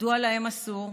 מדוע להם אסור?